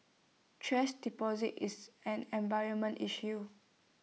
thrash deposit is an environmental issue